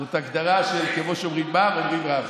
זה הגדרה, כמו שאומרים "מר", אומרים "רב".